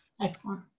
Excellent